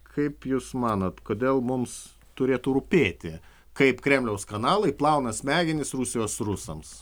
kaip jūs manot kodėl mums turėtų rūpėti kaip kremliaus kanalai plauna smegenis rusijos rusams